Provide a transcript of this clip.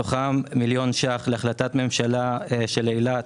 מתוכם מיליון ₪ להחלטת ממשלה של אילת